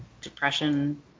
depression